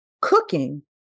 cooking